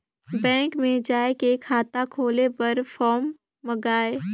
Bank मे जाय के खाता खोले बर फारम मंगाय?